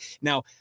Now